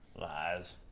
lies